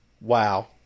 Wow